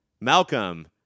Malcolm